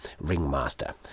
ringmaster